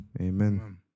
Amen